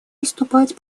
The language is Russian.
выступать